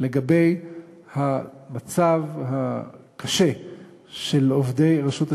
לגבי המצב הקשה של עובדי רשות השידור,